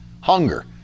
Hunger